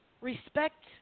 Respect